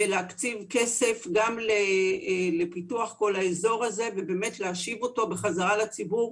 להקציב כסף גם לפיתוח כל האזור הזה ולהשיב אותו בחזרה לציבור.